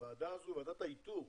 הוועדה הזו, ועדת האיתור,